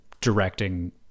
directing